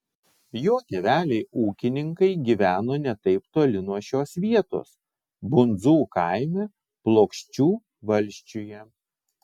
jo tėveliai ūkininkai gyveno ne taip toli nuo šios vietos bundzų kaime plokščių valsčiuje